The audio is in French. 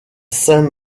saint